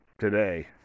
today